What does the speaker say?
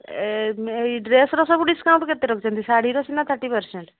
ଏଇ ଡ୍ରେସର ସବୁ ଡିସକାଉଣ୍ଟ କେତେ ରଖିଛନ୍ତି ଶାଢ଼ୀର ସିନା ଥାର୍ଟି ପରସେଣ୍ଟ